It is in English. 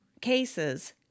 cases